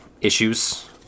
issues